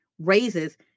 Raises